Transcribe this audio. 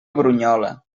brunyola